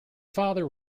father